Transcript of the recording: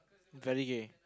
very good